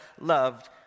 loved